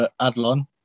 Adlon